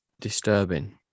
disturbing